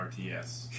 RTS